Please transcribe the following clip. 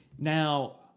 Now